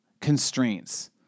constraints